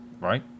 right